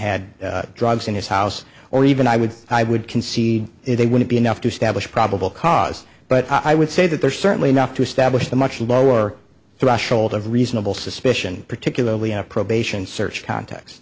had drugs in his house or even i would i would concede they wouldn't be enough to stablish probable cause but i would say that there's certainly enough to establish the much lower threshold of reasonable suspicion particularly in a probation search cont